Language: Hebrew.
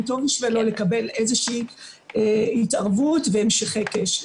טוב בשבילו לקבל איזושהי התערבות והמשכי קשר.